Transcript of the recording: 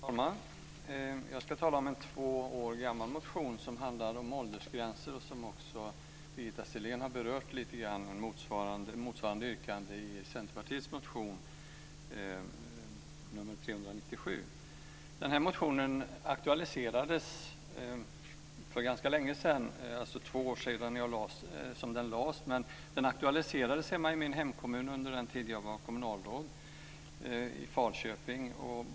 Herr talman! Jag ska tala om en två år gammal motion som handlar om åldersgränser och som även Birgitta Sellén har berört lite grann på grund av motsvarande yrkande i Centerpartiets motion K397. Den här motionen aktualiserades för ganska länge sedan. Det är alltså två år sedan den väcktes, men den aktualiserades i min hemkommun Falköping under den tid jag var kommunalråd.